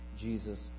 Jesus